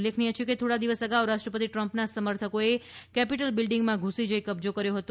ઉલ્લેખનીય છે કે થોડા દિવસ અગાઉ રાષ્ટ્રપતિ ટ્રમ્પના સમર્થકોએ કેપીટલ બિલ્ડીંગમાં ધુસી જઇ કબજો કર્યો હતો